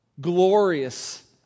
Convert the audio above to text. glorious